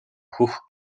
хөх